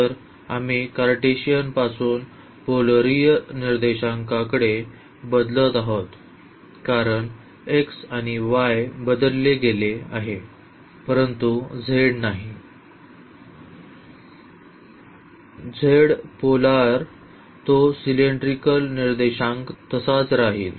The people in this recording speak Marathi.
तर आम्ही कार्टेशियनपासून पोलरीय निर्देशांकाकडे बदलत आहोत कारण x आणि y बदलले गेले आहे परंतु z नाही z पोलर्यात तो सिलेंड्रिकल निर्देशांक तसाच राहील